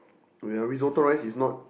oh yea Risotto rice is not